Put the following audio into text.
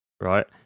right